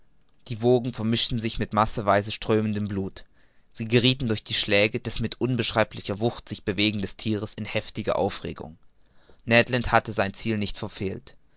die wogen mischten sich mit dem massenweise strömenden blut sie geriethen durch die schläge des mit unbeschreiblicher wuth sich bewegenden thieres in heftige aufregung ned land hatte sein ziel nicht verfehlt